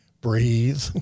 breathe